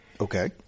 Okay